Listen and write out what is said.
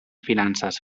finances